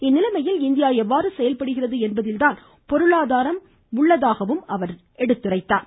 இந்நிலைமையில் India எவ்வாறு செயல்படுகிறது என்பதில் தான் பொருளாதாரம் உள்ளதாக எடுத்துரைத்தார்